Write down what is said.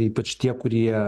ypač tie kurie